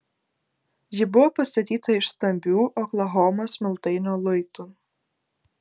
ji buvo pastatyta iš stambių oklahomos smiltainio luitų